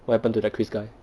what happened to that chris guy